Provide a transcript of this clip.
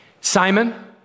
Simon